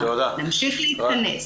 נמשיך להתכנס.